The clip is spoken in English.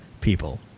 people